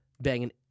banging